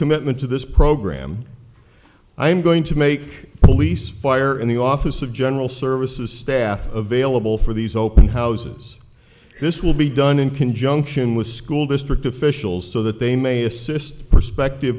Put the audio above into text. commitment to this program i am going to make police fire and the office of general services staff available for these open houses this will be done in conjunction with school district officials so that they may assist perspective